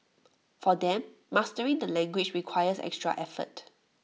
for them mastering the language requires extra effort